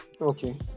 Okay